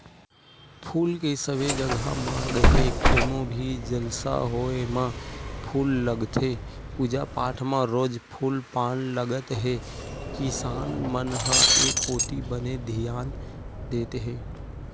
फूल के सबे जघा मांग हे कोनो भी जलसा होय म फूल लगथे पूजा पाठ म रोज फूल पान लगत हे किसान मन ह ए कोती बने धियान देत हे